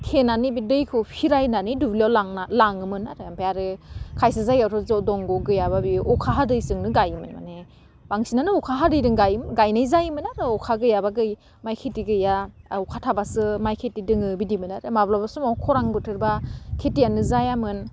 थेनानै बे दैखौ फिरायनानै बे दुब्लिआव लांना लाङोमोन आरो ओमफ्राय आरो खायसे जायगायावथ' दंग' गैयाबा बेयो अखा हादैजोंनो गाइयोमोन माने बांसिनानो अखा हादैजों गाइयोमोन गायनाय जायोमोन आरो अखा गैयाबा गै माइ खेथि गैया अखा थाबासो माइ खेथि दङो बिदिमोन आरो माब्लाबा समाव खरान बोथोरबा खेथियानो जायामोन